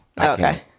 Okay